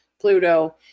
Pluto